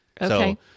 Okay